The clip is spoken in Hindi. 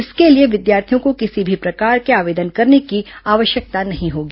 इसके लिए विद्यार्थियों को किसी भी प्रकार के आवेदन करने की आवश्यकता नहीं होगी